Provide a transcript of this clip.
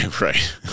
Right